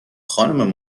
خانم